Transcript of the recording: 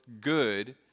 good